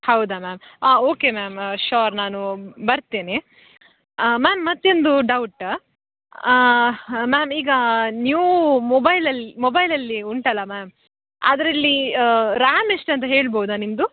ಹೌದಾ ಮ್ಯಾಮ್ ಹಾಂ okay ma'am sure ನಾನು ಬರ್ತೀನಿ ಮ್ಯಾಮ್ ಮತ್ತೆ ಒಂದು ಡೌಟ ಮ್ಯಾಮ್ ಈಗ ನ್ಯೂ ಮೊಬೈಲಲ್ಲಿ ಮೊಬೈಲಲ್ಲಿ ಉಂಟಲ್ಲ ಮ್ಯಾಮ್ ಅದರಲ್ಲಿ ರ್ಯಾಮ್ ಎಷ್ಟಂತ ಹೇಳ್ಬೋದಾ ನಿಮ್ಮದು